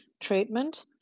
treatment